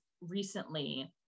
recently